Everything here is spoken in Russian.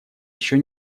еще